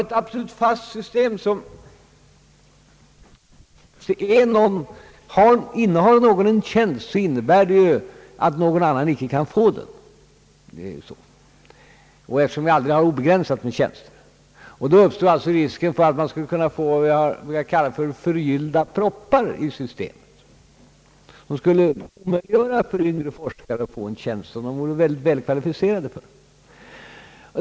Ett absolut fast system för med sig att om någon innehar en tjänst, så kan ingen annan få den, eftersom det inte finns ett obegränsat antal tjänster. Då föreligger alltså risk för att man skulle kunna få vad jag brukar kalla förgyllda proppar i systemet, som skulle omöjliggöra för yngre forskare att få en tjänst som de i och för sig är väl kvalificerade för.